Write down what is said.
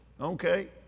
Okay